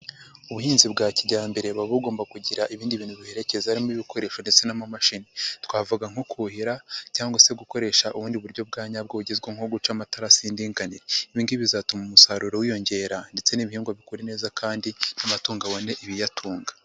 Ubuhinzi bwa kijyambereba buba bugomba kugira ibindi bintu bibuherekeza harimo ibikoresho ndetse n'amamashini, twavuga nko kuhira cyangwa se gukoresha ubundi buryo bwa nyabwo bugezwa nko guca amatarasi y'indinganire, ibi ngibi bizatuma umusaruro wiyongera ndetse n'ibihingwa bikure neza kandi n'amatungo abone ibiyatunga.